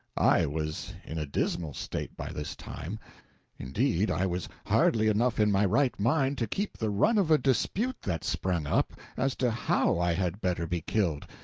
i was in a dismal state by this time indeed, i was hardly enough in my right mind to keep the run of a dispute that sprung up as to how i had better be killed,